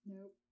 Nope